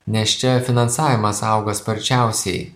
nes čia finansavimas auga sparčiausiai